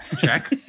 check